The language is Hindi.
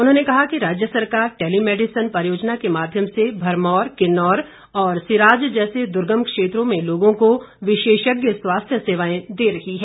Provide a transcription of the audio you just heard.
उन्होंने कहा कि राज्य सरकार टेली मैडिसन परियोजना के माध्यम से भरमौर किन्नौर और सिराज जैसे दुर्गम क्षेत्रों में लोगों को विशेषज्ञ स्वास्थ्य सेवाएं दे रही हैं